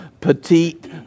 petite